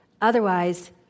Otherwise